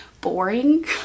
boring